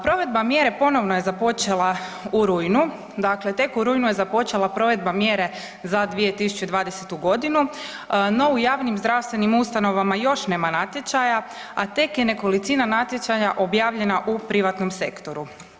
Provedba mjere ponovno je započela u rujnu, dakle tek u rujnu je započela provedba mjere za 2020.g., no u javnim zdravstvenim ustanovama još nema natječaja, a tek je nekolicina natječaja objavljena u privatnom sektoru.